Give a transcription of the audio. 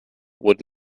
would